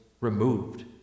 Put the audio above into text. removed